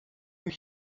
were